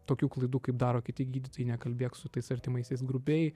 tokių klaidų kaip daro kiti gydytojai nekalbėk su tais artimaisiais grubiai